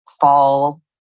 fall